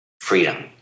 freedom